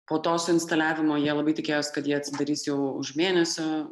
po to suinstaliavimo jie labai tikėjosi kad jie atsidarys jau už mėnesio